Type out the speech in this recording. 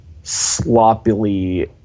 Sloppily